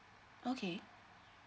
okay